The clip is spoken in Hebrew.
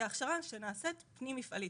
היא הכשרה שנעשית פנים-מפעלית.